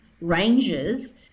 ranges